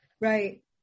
Right